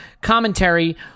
commentary